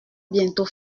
bientôt